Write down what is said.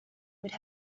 would